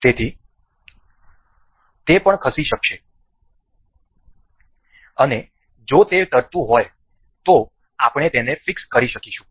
તેથી તે પણ ખસી શકશે અને જો તે તરતું હોય તો આપણે તેને ફિક્સ કરી શકીશું